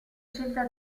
scelta